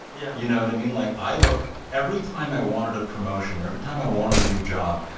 yeah you know what i mean? like, i looked every time i wanted a promotion or every time i wanted a new job,